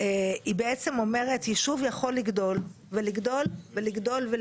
היא בעצם אומרת יישוב יכול לגדול ולגדול ולגדול.